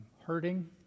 hurting